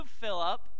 Philip